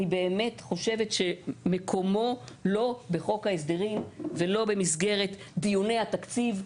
אני באמת חושבת שמקומו לא בחוק ההסדרים ולא במסגרת דיוני התקציב,